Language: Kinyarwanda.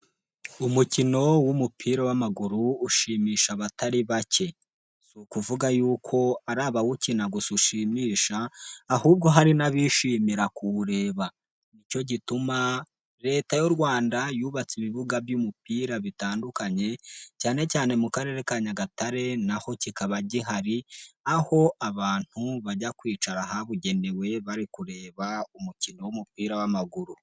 Umukino w'umupira w'amaguru, ushimisha abatari bake. Si ukuvuga yuko ari abawukina gusa ushimisha, ahubwo hari n'abishimira kuwureba. Ni cyo gituma Leta y'u Rwanda yubatse ibibuga by'umupira bitandukanye, cyane cyane mu Karere ka Nyagatare naho kikaba gihari, aho abantu bajya kwicara ahabugenewe, bari kureba umukino w'umupira w'amaguru.